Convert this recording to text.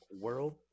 world